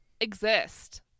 exist